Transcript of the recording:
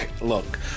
look